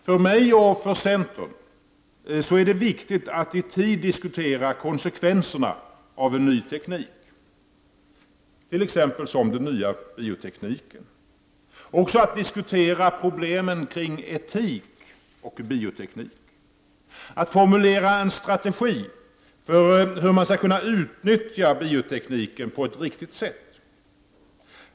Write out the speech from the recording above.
För mig och för centern är det viktigt att i tid diskutera konsekvenserna av en ny teknik, som exempelvis den nya biotekniken, och även att diskutera problemen kring etik och bioteknik. Det är viktigt att formulera en strategi för hur man skall kunna utnyttja biotekniken på ett riktigt sätt.